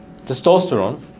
Testosterone